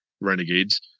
Renegades